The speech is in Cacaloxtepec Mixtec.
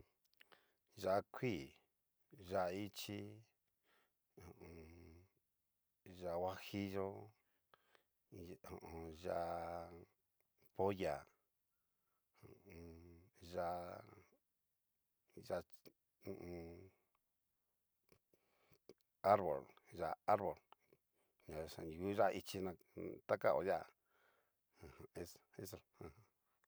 Yá'a kuii, yá'a ichi, ho o on. yá'a huajillo, ho on. yá'a polla ho o on. yá'a yá'a arbol, yá'a arbol ñaxo ngu yá'a ichi takao dia aja es eso.